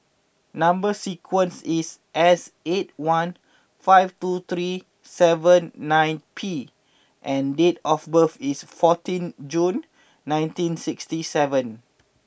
number sequence is S eight one five two three seven nine P and date of birth is fourteen June nineteen sixty seven